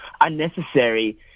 unnecessary